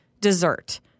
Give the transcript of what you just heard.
dessert